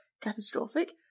catastrophic